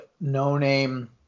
no-name